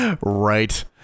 right